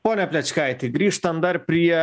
pone plečkaiti grįžtant dar prie